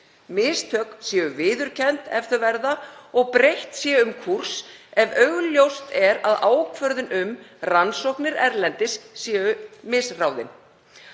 mistök séu viðurkennd ef þau verða og breytt sé um kúrs ef augljóst er að ákvörðun um rannsóknir erlendis sé misráðin.